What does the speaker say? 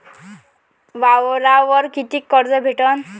वावरावर कितीक कर्ज भेटन?